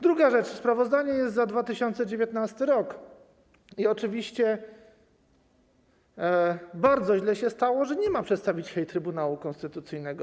Druga rzecz - sprawozdanie jest za 2019 r. i oczywiście bardzo źle się stało, że nie ma w Sejmie przedstawicieli Trybunału Konstytucyjnego.